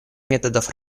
методов